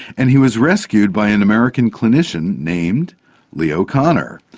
and he was rescued by an american clinician named leo kanner.